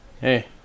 hey